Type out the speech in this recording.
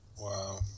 Wow